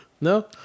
No